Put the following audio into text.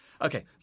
Okay